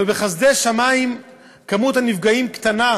ובחסדי שמים מספר הנפגעים קטן,